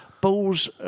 Bulls